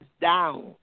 down